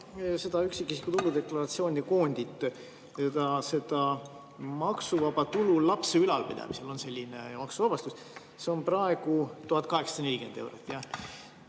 seda üksikisiku tuludeklaratsiooni koondit, ka seda maksuvaba tulu lapse ülalpidamise korral. On selline maksuvabastus, see on praegu 1840 eurot.